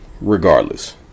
Regardless